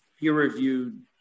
peer-reviewed